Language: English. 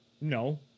No